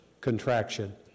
contraction